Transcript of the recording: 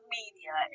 media